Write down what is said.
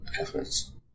efforts